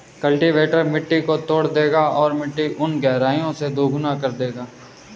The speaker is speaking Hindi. कल्टीवेटर मिट्टी को तोड़ देगा और मिट्टी को उन गहराई से दोगुना कर देगा